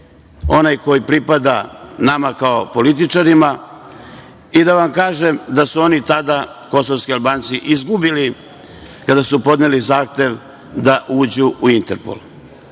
onaj koji pripada nama kao političarima i da vam kažem da su oni tada, kosovski Albanci izgubili kada su podneli zahtev da uđu u Interpol.